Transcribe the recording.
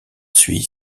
suit